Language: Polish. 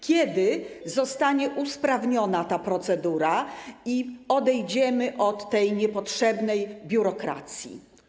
Kiedy zostanie usprawniona ta procedura i odejdziemy od tej niepotrzebnej biurokracji?